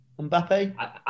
Mbappe